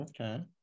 Okay